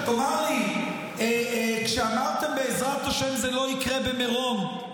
תאמר לי, כשאמרתם: בעזרת השם, זה לא יקרה, במירון,